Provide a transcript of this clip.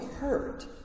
hurt